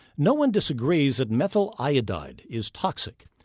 no one disagrees that methyl iodide is toxic.